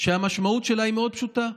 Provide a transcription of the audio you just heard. שהמשמעות שלה מאוד פשוטה.